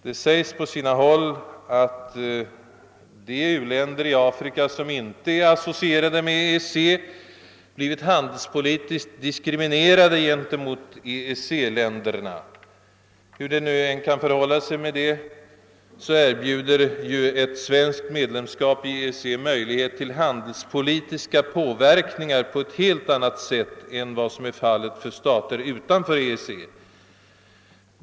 Det sägs på sina håll att de u-länder i Afrika som inte är associerade med EEC blivit handelspolitiskt diskriminerade gentemot EEC-länderna. Hur det nu än kan förhålla sig med detta erbjuder ju ett svenskt medlemskap i EEC möjlighet till handelspolitisk påverkan på ett helt annat sätt än vad som är fallet för stater utanför EEC.